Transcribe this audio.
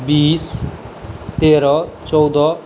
बीस तेरह चौदह